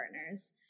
partners